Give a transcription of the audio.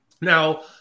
Now